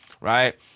right